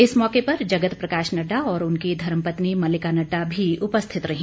इस मौके पर जगत प्रकाश नड्डा और उनकी धर्मपत्नी मलिका नड़डा भी उपस्थित रही